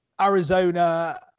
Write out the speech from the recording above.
Arizona